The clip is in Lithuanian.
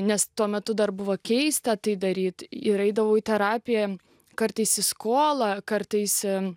nes tuo metu dar buvo keista tai daryti ir eidavau į terapiją kartais į skolą kartais ir